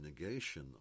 negation